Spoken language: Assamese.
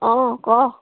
অঁ ক